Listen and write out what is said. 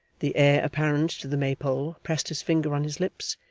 the heir-apparent to the maypole pressed his finger on his lips,